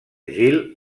gil